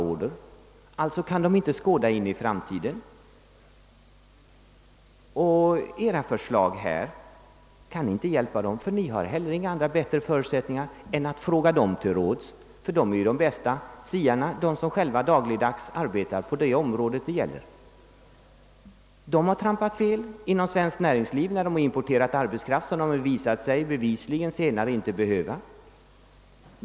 De kan alltså inte skåda in i framtiden, och era förslag kan inte heller hjälpa dem, ty ni kan inte göra något bättre än att fråga dem till råds, eftersom ju de måste vara de bästa siarna om framtiden, då de själva dagligdags arbetar på det område det gäller. När det gäller importen av arbetskraft handlade man fel inom det svenska näringslivet, eftersom det senare visade sig att importen inte var nödvändig.